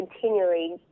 continually